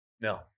No